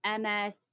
MS